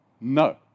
no